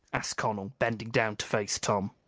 asked connel, bending down to face tom.